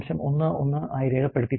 11 ആയി രേഖപ്പെടുത്തിയിട്ടുണ്ട്